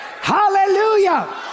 Hallelujah